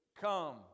come